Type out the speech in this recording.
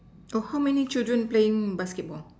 oh how many children playing basketball